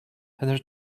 her